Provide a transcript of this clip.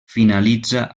finalitza